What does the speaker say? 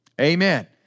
Amen